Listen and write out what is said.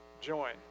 join